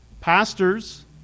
pastors